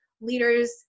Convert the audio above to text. leaders